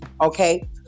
okay